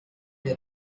wir